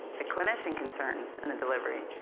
the clinician's concerns in the delivery,